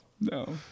No